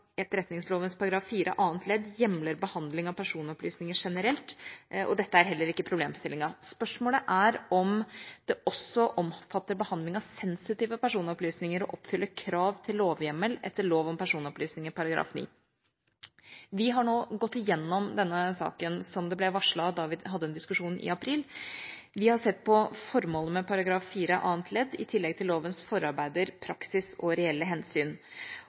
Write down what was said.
annet ledd hjemler behandling av personopplysninger generelt, og dette er heller ikke problemstillinga. Spørsmålet er om det også omfatter behandling av sensitive personopplysninger og oppfyller krav til lovhjemmel etter personopplysningsloven § 9. Vi har nå gått igjennom denne saken, som det ble varslet da vi hadde denne diskusjonen i april. Vi har sett på formålet med § 4 annet ledd, i tillegg til lovens forarbeider, praksis og reelle hensyn.